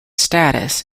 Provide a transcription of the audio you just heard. status